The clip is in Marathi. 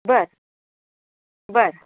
बरं बरं